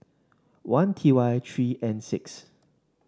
one T Y three N six